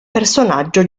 personaggio